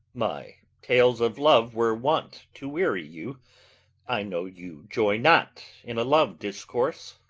my tales of love were wont to weary you i know you joy not in a love-discourse.